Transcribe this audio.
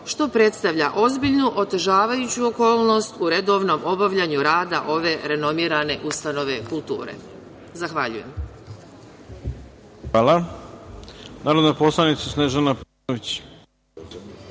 što predstavlja ozbiljnu otežavajuću okolnost u redovnom obavljanju rada ove renomirane ustanove kulture. Zahvaljujem. **Ivica Dačić** Hvala. Reč ima narodna poslanica Snežana Paunović.